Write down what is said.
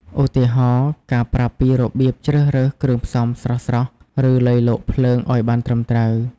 ឧទាហរណ៍ ការប្រាប់ពីរបៀបជ្រើសរើសគ្រឿងផ្សំស្រស់ៗ ឬលៃលកភ្លើងឱ្យបានត្រឹមត្រូវ។